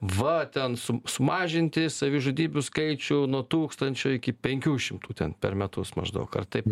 va ten su sumažinti savižudybių skaičių nuo tūkstančio iki penkių šimtų ten per metus maždaug ar taip